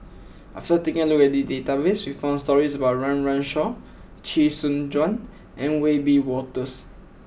after taking a look at the database we found stories about Run Run Shaw Chee Soon Juan and Wiebe Wolters